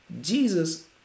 Jesus